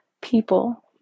people